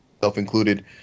self-included